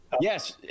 Yes